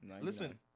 Listen